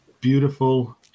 Beautiful